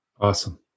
Awesome